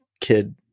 kid